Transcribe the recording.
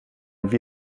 wie